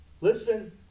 Listen